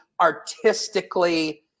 artistically –